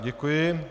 Děkuji.